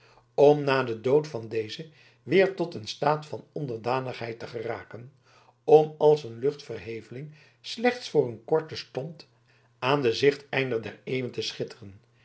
om na den dood van dezen weer tot een staat van onderdanigheid te geraken om als een luchtverheveling slechts voor een korten stond aan den gezichteinder der eeuwen te schitteren